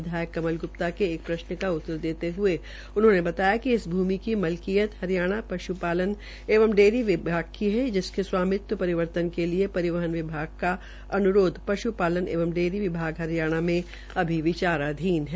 विधायक कमल ग्प्ता के एक प्रश्न का उत्तर देते हये उन्होंने बताया कि इस भमि की कल्कीयत हरियाणा पश्पालन एवं डेयरी विभाग ेकी है जिसके स्वामित्व परिवर्तन के लिए परिवहन विभाग का अन्रोध पश्पालन एंव डेयरी विभाग हरियाणा में विचाराधीन है